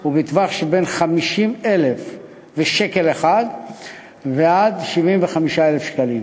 הוא בטווח שבין 50,001 ל-75,000 שקלים.